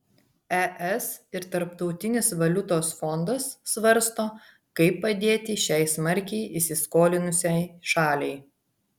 es ir tarptautinis valiutos fondas svarsto kaip padėti šiai smarkiai įsiskolinusiai šaliai